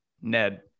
ned